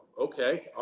okay